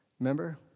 remember